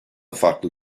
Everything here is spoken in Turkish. farklı